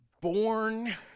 born